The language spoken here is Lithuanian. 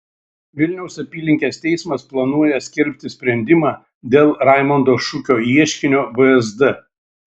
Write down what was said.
vilniaus apylinkės teismas planuoja skelbti sprendimą dėl raimondo šukio ieškinio vsd